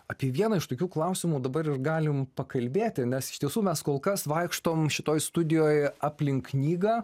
apie vieną iš tokių klausimų dabar ir galim pakalbėti nes iš tiesų mes kol kas vaikštom šitoj studijoj aplink knygą